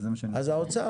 אז האוצר.